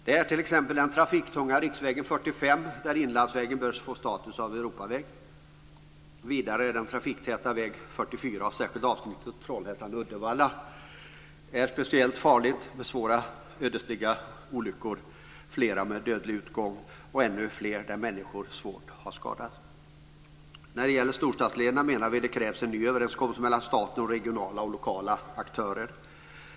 Det är t.ex. den trafiktunga riksväg 45, där inlandsvägen bör få status av Europaväg. Vidare är det den trafiktäta väg 44, där särskilt avsnittet Trollhättan-Uddevalla är speciellt farligt, med svåra och ödesdigra olyckor, flera med dödlig utgång och ännu fler där människor har skadats svårt. När det gäller storstadslederna menar vi att det krävs en ny överenskommelse mellan staten och regionala och lokala aktörer.